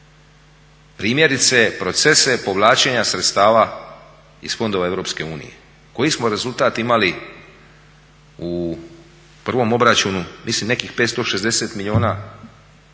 Primjerice procese povlačenja sredstava iz Fondova Europske unije. Koji smo rezultat imali u prvom obraćanju? Mislim nekih 560 milijuna